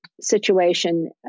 situation